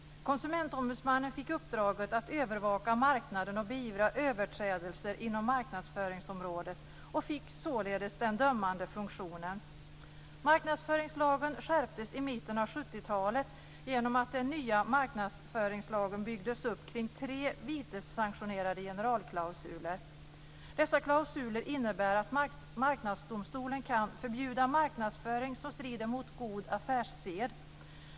Konsumentombudsmannen fick uppdraget att övervaka marknaden och beivra överträdelser inom marknadsföringsområdet och fick således den dömande funktionen. talet genom att den nya marknadsföringslagen byggdes upp kring tre vitessanktionerade generalklausuler. Dessa klausuler innebär att Marknadsdomstolen kan förbjuda marknadsföring som strider mot god affärssed.